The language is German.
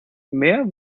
mehr